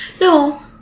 No